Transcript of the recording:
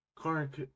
Clark